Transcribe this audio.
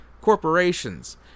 corporations